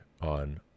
on